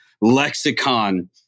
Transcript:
lexicon